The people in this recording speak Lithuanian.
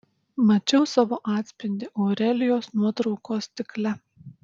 mačiau savo atspindį aurelijos nuotraukos stikle